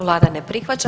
Vlada ne prihvaća.